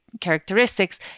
characteristics